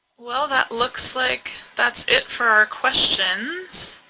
well that looks like that's it for our questions.